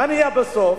מה נהיה בסוף?